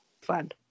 fun